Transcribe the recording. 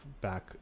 back